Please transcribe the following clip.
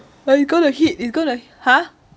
but it's gonna hit going to hit !huh!